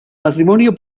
matrimonio